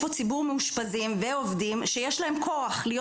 יש פה ציבור מאושפזים ועובדים שיש להם כורח להיות